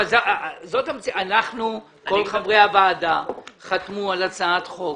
כל חברי הוועדה חתמו על הצעת חוק